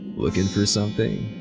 looking for something?